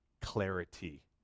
clarity